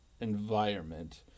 environment